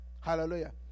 Hallelujah